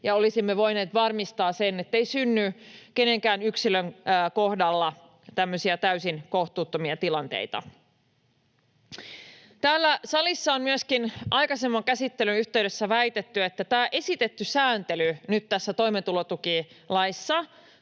ja olisimme voineet varmistaa sen, ettei synny kenenkään yksilön kohdalla tämmöisiä täysin kohtuuttomia tilanteita. Täällä salissa on myöskin aikaisemman käsittelyn yhteydessä väitetty, että tämä esitetty sääntely nyt tässä toimeentulotukilaissa